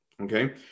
Okay